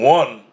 one